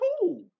cool